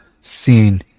seen